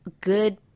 good